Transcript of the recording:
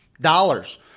Dollars